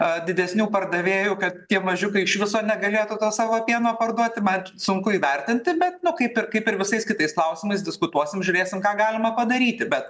a didesnių pardavėjų kad tie mažiukai iš viso negalėtų to savo pieno parduoti mat sunku įvertinti bet nu kaip ir kaip ir visais kitais klausimais diskutuosim žiūrėsim ką galima padaryti bet